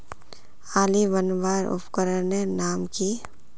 आली बनवार उपकरनेर नाम की?